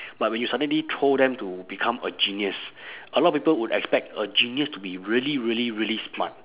but when you suddenly throw them to become a genius a lot of people would expect a genius to be really really really smart